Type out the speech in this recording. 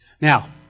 Now